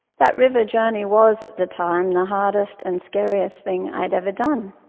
that river journey was, at the time, the hardest and scariest thing i had ever done.